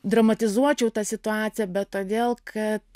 dramatizuočiau tą situaciją bet todėl kad